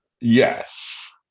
yes